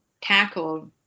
tackle